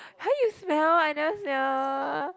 !huh! you smell I never smell